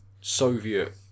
Soviet